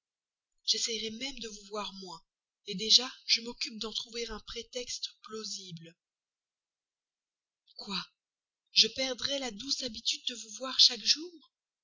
j'essaierai même de vous voir moins déjà je m'occupe d'en trouver un prétexte plausible quoi je perdrais la douce habitude de vous voir chaque jour